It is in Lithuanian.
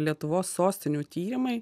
lietuvos sostinių tyrimai